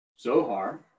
Zohar